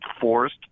forced